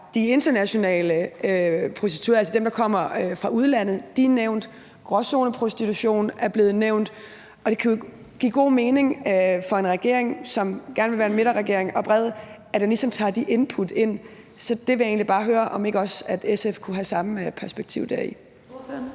de internationale prostituerede nævnt, altså dem, der kommer på udlandet, og gråzoneprostitution er blevet nævnt, og det kan jo give god mening for en regering, som gerne vil være en midterregering og være bred, at den ligesom tager de input ind. Så der vil jeg egentlig bare høre, om SF kunne have det samme perspektiv på